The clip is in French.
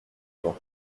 vent